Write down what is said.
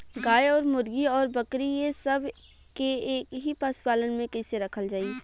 गाय और मुर्गी और बकरी ये सब के एक ही पशुपालन में कइसे रखल जाई?